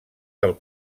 del